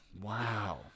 Wow